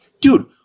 dude